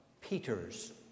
Peter's